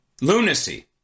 Lunacy